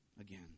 again